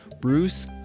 Bruce